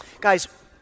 Guys